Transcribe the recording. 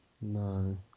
No